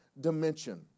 dimension